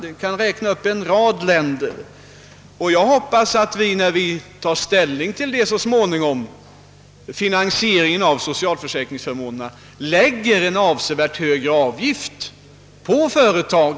Jag kan räkna upp en rad länder där detta förekommer. När vi så småningom tar ställning till finansieringen av socialförsäkringsförmånerna, hoppas jag att vi kommer att lägga en avsevärt högre avgift på företagen.